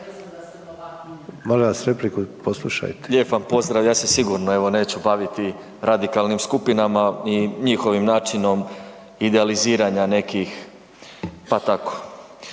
Marin (MOST)** Lijep vam pozdrav, ja se sigurno evo neću baviti radikalnim skupinama i njihovim načinom idealiziranja nekih, pa tako,